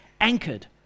anchored